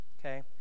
okay